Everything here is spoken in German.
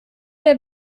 der